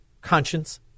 conscience